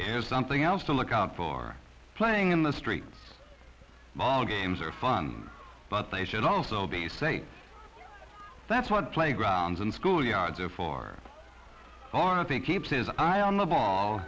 there's something else to look out for playing in the street ball games are fun but they should also be safe that's what playgrounds and schoolyards are for or if they keep his eye on the ball